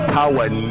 Power